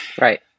Right